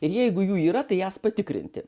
ir jeigu jų yra tai jas patikrinti